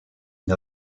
une